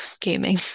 gaming